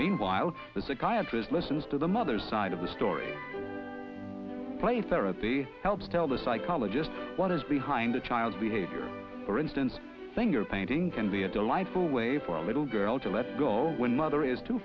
meanwhile the psychiatrist listens to the mother's side of the story play therapy helps tell the psychologist what is behind the child's behavior for instance thing or painting can be a delightful way for a little girl to let go when mother is too